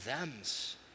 thems